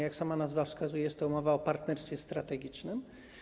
Jak sama nazwa wskazuje, jest to umowa o partnerstwie strategicznym.